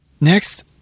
Next